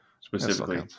specifically